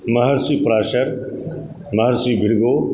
Maharshi Parashar Maharshi Bhrigu